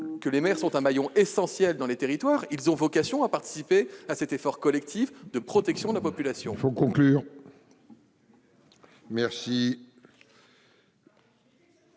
que les maires sont un maillon essentiel dans les territoires, car ils ont vocation à participer à cet effort collectif de protection de la population. La parole est